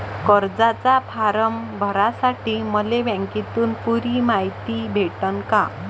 कर्जाचा फारम भरासाठी मले बँकेतून पुरी मायती भेटन का?